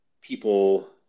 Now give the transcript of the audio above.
people